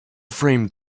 framed